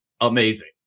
amazing